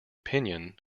pinion